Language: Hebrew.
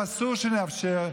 ואסור שנאפשר,